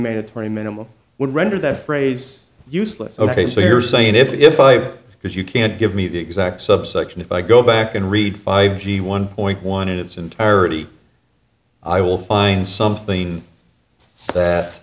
mandatory minimum would render that phrase useless ok so you're saying if i because you can't give me the exact subsection if i go back and read five g one point one in its entirety i will find something that